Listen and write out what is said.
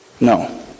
No